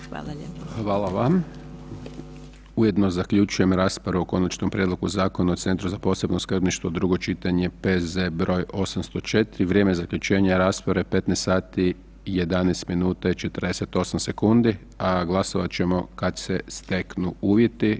Hvala vama, ujedno zaključujem raspravu o Konačnom prijedlogu Zakona o Centru za posebno skrbništvo, drugo čitanje, P.Z. broj 804, vrijeme zaključenja rasprave 15 sati, 11 minuta i 48 sekundi, a glasovat ćemo kad se steknu uvjeti.